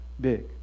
big